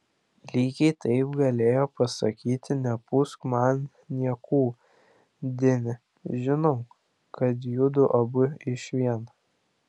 lygiai taip galėjo pasakyti nepūsk man niekų deni žinau kad judu abu išvien